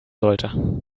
sollte